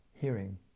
hearing